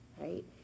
right